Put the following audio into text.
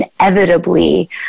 inevitably